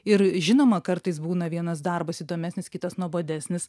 ir žinoma kartais būna vienas darbas įdomesnis kitas nuobodesnis